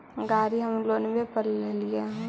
गाड़ी हम लोनवे पर लेलिऐ हे?